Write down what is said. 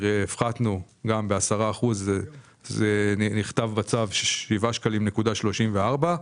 הפחתנו ב-10% כך שזה נכתב בצו 7.34 שקלים,